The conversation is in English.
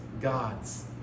God's